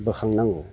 बोखांनांगौ